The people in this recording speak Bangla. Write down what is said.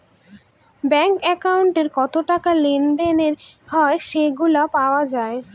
ব্যাঙ্ক একাউন্টে কত টাকা লেনদেন হয় সেগুলা পাওয়া যায়